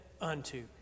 unto